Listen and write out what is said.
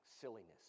silliness